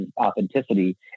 authenticity